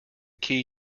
key